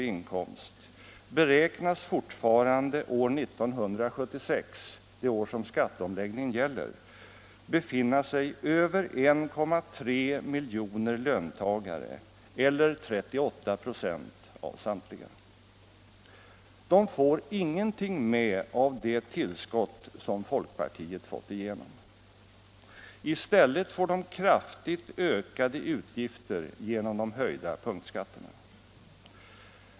i inkomst beräknas fortfarande år 1976 befinna sig över 1,3 miljoner löntagare eller 38 96 av samtliga. De får ingenting med av det tillskott som folkpartiet fått igenom. I stället får de kraftigt ökade utgifter genom de höjda punktskatterna.